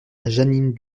jeanine